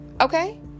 Okay